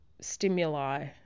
stimuli